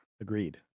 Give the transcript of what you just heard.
agreed